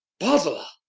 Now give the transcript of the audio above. bosola!